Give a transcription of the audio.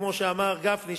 כמו שאמר גפני,